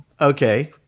Okay